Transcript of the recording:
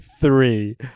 three